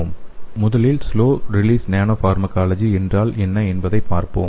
slide நேரத்தைப் பார்க்கவும் 0705 முதலில் ஸ்லோ ரிலீஸ் நேனோ பார்மகாலஜி என்றால் என்ன என்பதை பார்ப்போம்